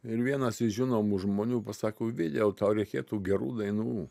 ir vienas iš žinomų žmonių pasako ovidijau tau reikėtų gerų dainų